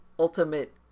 ultimate